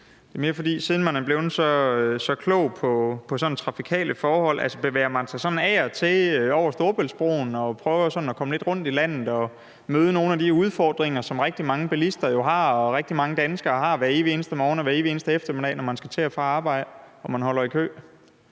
Det er mere, siden man er blevet så klog på trafikale forhold. Bevæger man sig sådan af og til over Storebæltsbroen og prøver sådan at komme lidt rundt i landet og møde nogle af de udfordringer, som rigtig mange bilister har og rigtig mange danskere har hver evig eneste morgen og hver evig eneste eftermiddag, når man skal til og fra arbejde og holder i kø?